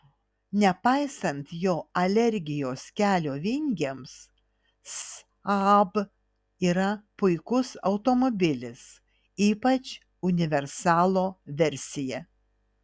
nepaisant jo alergijos kelio vingiams saab yra puikus automobilis ypač universalo versija